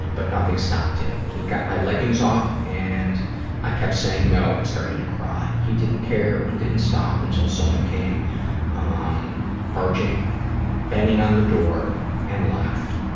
but nothing stopped him. he got my leggings off and i kept saying no and started to cry. he didn't care and didn't stop until someone came um banging banging on the door and laughed.